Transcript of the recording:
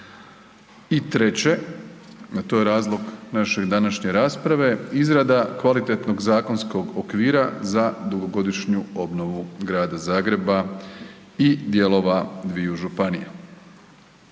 I treće, a to je razlog naše današnje rasprave izrada kvalitetnog zakonskog okvira za dugogodišnju obnovu Grada Zagreba i dijelova dviju županija.